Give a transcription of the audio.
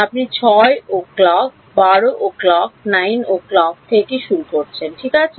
আপনি 6 o'clock 12 o'clock 9 o'clock থেকে শুরু করছেন ঠিক আছে